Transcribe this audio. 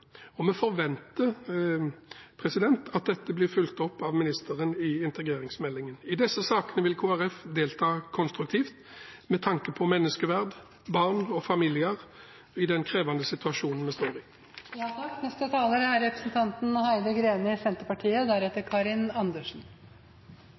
Vi forventer at dette blir fulgt opp av ministeren i integreringsmeldingen. I disse sakene vil Kristelig Folkeparti delta konstruktivt med tanke på menneskeverd, barn og familier i den krevende situasjonen vi står